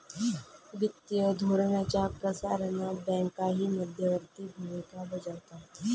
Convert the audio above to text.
वित्तीय धोरणाच्या प्रसारणात बँकाही मध्यवर्ती भूमिका बजावतात